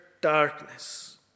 darkness